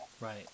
Right